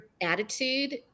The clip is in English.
attitude